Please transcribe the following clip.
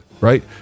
right